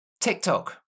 TikTok